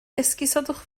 esgusodwch